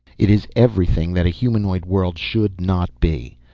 it is everything that a humanoid world should not be.